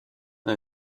and